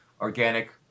organic